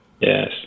Yes